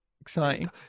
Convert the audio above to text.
Exciting